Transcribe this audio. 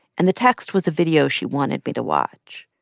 and the text was a video she wanted me to watch.